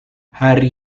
hari